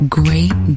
great